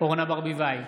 אורנה ברביבאי,